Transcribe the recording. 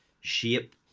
shape